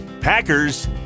Packers